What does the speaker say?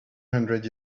hundred